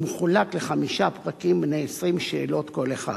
ומחולק לחמישה פרקים בני 20 שאלות כל אחד.